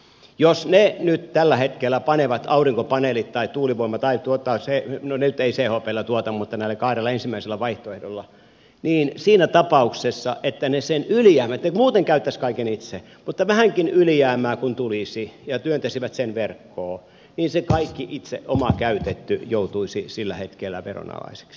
jos ne nyt tällä hetkellä panevat aurinkopaneelit tai tuottavat tuulivoimalla tai chpllä no ne nyt eivät chpllä tuota mutta näillä kahdella ensimmäisellä vaihtoehdolla niin siinä tapauksessa että ne muuten käyttäisivät kaiken itse mutta vähänkin ylijäämää kun tulisi ja ne työntäisivät sen verkkoon se kaikki itse käytetty joutuisi sillä hetkellä veronalaiseksi